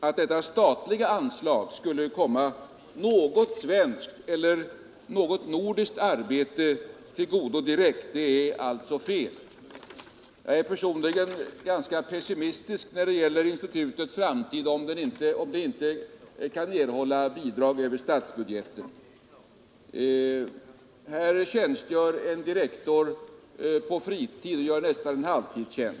Att detta statliga anslag skulle komma något svenskt eller nordiskt arbete direkt till godo är alltså felaktigt. Jag är personligen ganska pessimistisk när det gäller institutets framtid om det inte kan erhålla bidrag över statsbudgeten. Här tjänstgör en direktor på fritid och gör nästan en halvtidstjänst.